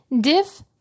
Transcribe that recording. Diff